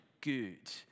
good